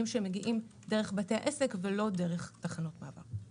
שמגיעים דרך בתי העסק ולא דרך תחנות מעבר.